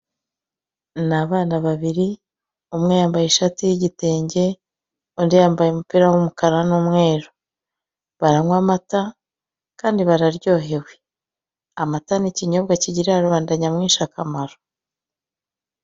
Ni abana babriri. Umwe yambaye ishati y'igitenge, undi yambaye umupira w'umukara n'umweru. Baranywa amata, kandi bararyohewe. Amata, ni ikinyobwa kigirira rubanda nyamwinshi akamaro.